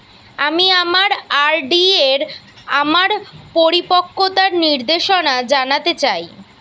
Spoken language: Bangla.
আমি আমার আর.ডি এর আমার পরিপক্কতার নির্দেশনা জানতে চাই